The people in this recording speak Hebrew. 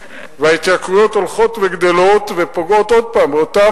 וההתייקרויות הולכות וגדלות ופוגעת עוד פעם באותם